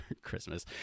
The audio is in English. Christmas